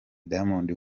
diamond